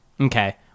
okay